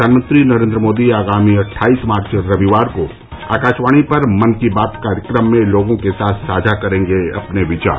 प्रधानमंत्री नरेन्द्र मोदी आगामी अट्ठाईस मार्च रविवार को आकाशवाणी पर मन की बात कार्यक्रम में लोगों के साथ साझा करेंगे अपने विचार